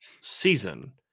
season